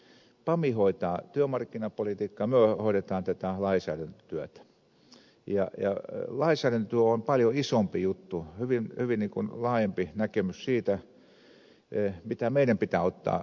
siis pam hoitaa työmarkkinapolitiikkaa me hoidamme tätä lainsäädäntötyötä ja lainsäädäntötyö on paljon isompi juttu paljon laajempi näkemys siitä mitä meidän pitää ottaa huomioon